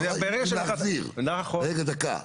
רגע, דקה.